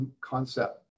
concept